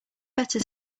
better